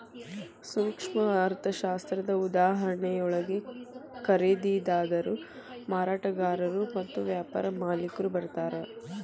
ಸೂಕ್ಷ್ಮ ಅರ್ಥಶಾಸ್ತ್ರದ ಉದಾಹರಣೆಯೊಳಗ ಖರೇದಿದಾರರು ಮಾರಾಟಗಾರರು ಮತ್ತ ವ್ಯಾಪಾರ ಮಾಲಿಕ್ರು ಬರ್ತಾರಾ